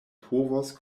povos